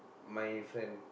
my friend